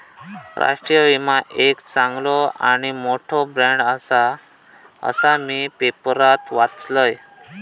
राष्ट्रीय विमा एक चांगलो आणि मोठो ब्रँड आसा, असा मी पेपरात वाचलंय